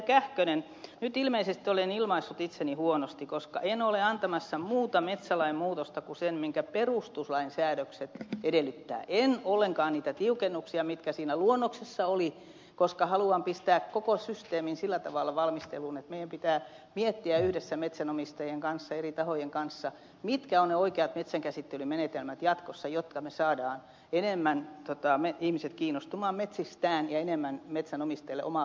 kähkönen nyt ilmeisesti olen ilmaissut itseni huonosti koska en ole antamassa muuta metsälain muutosta kuin sen minkä perustuslain säädökset edellyttävät en ollenkaan niitä tiukennuksia mitkä siinä luonnoksessa olivat koska haluan pistää koko systeemin sillä tavalla valmisteluun että meidän pitää miettiä yhdessä metsänomistajien kanssa eri tahojen kanssa mitkä ovat ne oikeat metsänkäsittelymenetelmät jatkossa jotta me saamme ihmiset enemmän kiinnostumaan metsistään ja enemmän metsänomistajille omaa päätösvaltaa